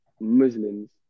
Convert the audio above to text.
Muslims